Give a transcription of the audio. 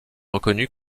reconnu